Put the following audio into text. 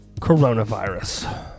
coronavirus